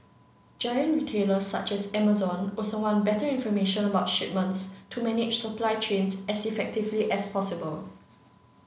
giant retailers such as Amazon also want better information about shipments to manage supply chains as effectively as possible